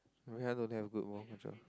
Rui-Han don't have good ball control